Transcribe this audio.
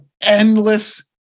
endless